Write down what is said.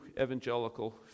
evangelical